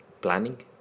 planning